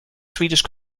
swedish